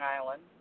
Island